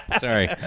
Sorry